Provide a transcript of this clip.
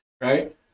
right